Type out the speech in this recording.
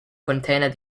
container